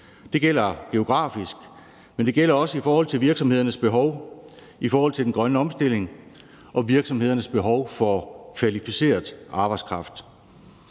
Det gælder geografisk, men det gælder også for virksomhedernes behov i forhold til den grønne omstilling og virksomhedernes behov for kvalificeret arbejdskraft.